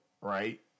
right